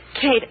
Kate